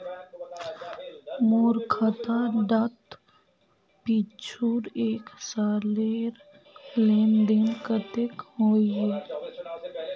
मोर खाता डात पिछुर एक सालेर लेन देन कतेक होइए?